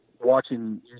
watching